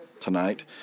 tonight